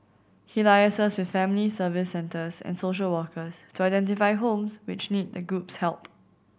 he liaises with family Service Centres and social workers to identify homes which need the group's help